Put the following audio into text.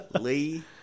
Lee